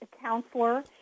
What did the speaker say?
counselor